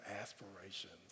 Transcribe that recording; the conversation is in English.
aspirations